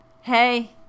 Hey